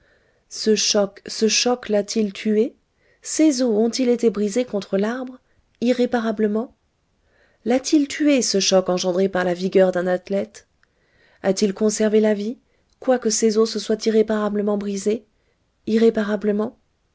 ce choc ce choc l'a-t-il tué ses os ont-ils été brisés contre l'arbre irréparablement l'a-t-il tué ce choc engendré par la vigueur d'un athlète a-t-il conservé la vie quoique ses os se soient irréparablement brisés